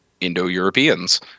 indo-europeans